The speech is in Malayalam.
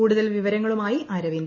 കൂടുതൽ വിവരങ്ങളുമായി അരവിന്ദ്